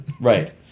Right